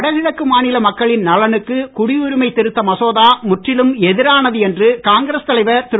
வடகிழக்கு மாநில மக்களின் நலனுக்கு குடியுரிமை திருத்த மசோதா முற்றிலும் எதிரானது என்று காங்கிரஸ் தலைவர் திரு